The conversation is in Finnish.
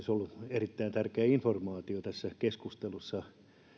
erittäin tärkeä informaatio tässä keskustelussa